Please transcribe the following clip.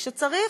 כשצריך,